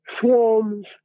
swarms